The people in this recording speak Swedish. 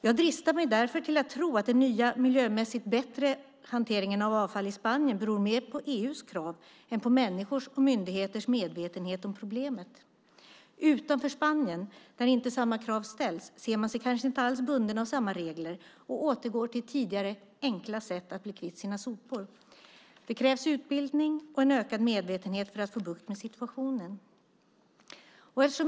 Jag dristar mig därför till att tro att den nya, miljömässigt bättre hanteringen av avfall i Spanien beror mer på EU:s krav än på människors och myndigheters medvetenhet om problemet. Utanför Spanien, där inte samma krav ställs, ser man sig kanske inte alls bunden av samma regler och återgår till tidigare, enkla sätt att bli kvitt sina sopor. Det krävs utbildning och en ökad medvetenhet för att få bukt med situationen.